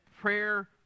prayer